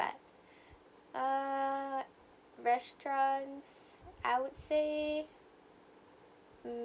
but uh restaurants I would say um